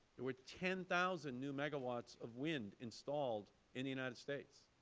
are ten thousand new megawatts of wind installed in the united states,